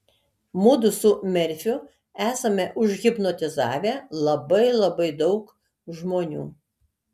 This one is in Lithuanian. mudu su merfiu esame užhipnotizavę labai labai daug žmonių